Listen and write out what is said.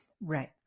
Right